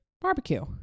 barbecue